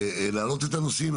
להעלות את הנושאים.